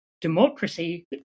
Democracy